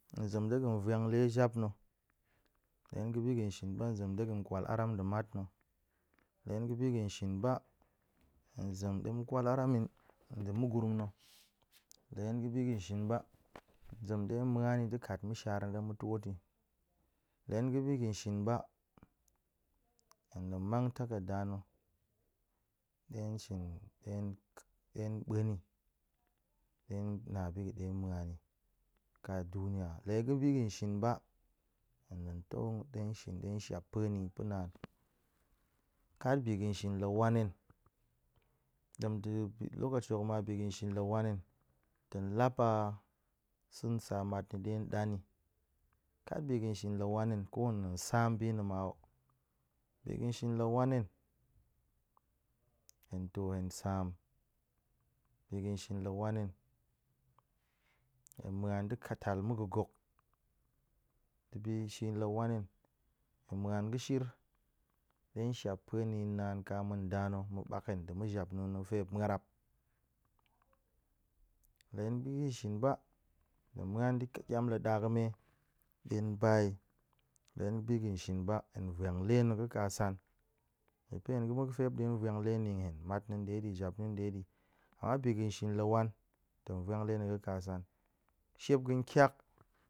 Hen zem ɗe ga̱n vwang le jap na̱, la hen ga̱ bi ga̱n shit ba, hen zem ɗe ga̱n kwal aram nɗe matna̱, la hen ga̱ bi ga̱n shin ba, hen zem ɗe ma̱ kwal aram yi nɗa̱ mugurum na̱, la hen ga̱ bi ga̱n shin ba, hen zem ɗe ma̱a̱n ni ɗe kat ma̱shar na̱ ɗe ma̱ twot ta̱, la hen ga̱ bi ga̱n shin ba, hen tong mang takarda na̱ ɗe shin ɗe ɗe buan ni, ɗe na bi ga̱ ɗe muan ni ka duniya. Le ga̱ bi ga̱n shin ba, hen nong to ɗe shin ɗe shap pue na̱ pa̱e naan. Kat bi ga̱n shin la wan hen, dem ɗe be lokaci hok ma bi ga̱n shin la wan hen. tong lap a sa̱ sa matna̱ ɗe ɗa̱n ni, kat bi ga̱n shin la wan hen, ko na̱ sa̱a̱m bi na̱ ma hok. Bi ga̱n shin la wan hen, hen to hen sa̱a̱m, bi ga̱n shin la wan hen, hen muan ka ta mu ga̱ gok. Dibi shin la wan hen, hen muan ga̱shir ɗe hen shap pue na̱ yi naan ka ma̱ nda na̱ ma̱ ɓa̱k hen nɗe ma̱jap na̱a̱n na̱ fe muop ma̱rab le hen bi shin ba. tong muan ɗe kiam la ɗa ga̱me ɗe ba yi, le hen bi ga̱n shin ba, hen vwan le na̱ ga̱ kasan, ga̱fe hen ma̱ ga̱fe muop ɗe vwan le na̱ yi hen matna̱ ɗe di jap na̱ ɗe di, ama bi ga̱n shin la wan tong vwan le na̱ ga̱ kasan, shep ga̱n kiak.